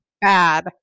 bad